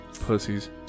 Pussies